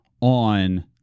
on